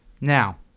Now